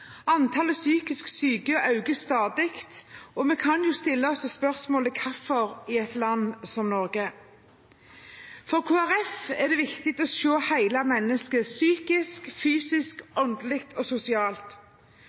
Antallet psykisk syke øker stadig, og vi kan stille oss spørsmålet om hvorfor i et land som Norge. For Kristelig Folkeparti er det viktig å se hele mennesket – psykisk, fysisk, åndelig og sosialt.